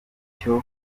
icyo